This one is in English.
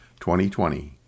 2020